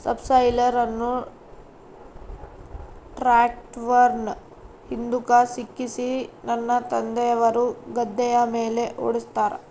subsoiler ಅನ್ನು ಟ್ರ್ಯಾಕ್ಟರ್ನ ಹಿಂದುಕ ಸಿಕ್ಕಿಸಿ ನನ್ನ ತಂದೆಯವರು ಗದ್ದೆಯ ಮೇಲೆ ಓಡಿಸುತ್ತಾರೆ